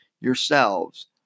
yourselves